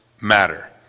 matter